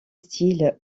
style